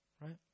right